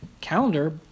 calendar